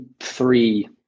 three